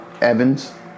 Evans